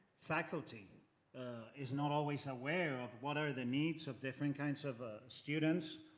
faculty is not always aware of what are the needs of different kinds of ah students